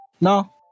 no